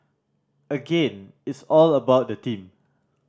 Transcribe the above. again it's all about the team